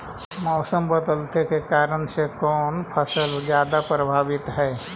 मोसम बदलते के कारन से कोन फसल ज्यादा प्रभाबीत हय?